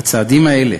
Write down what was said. בצעדים האלה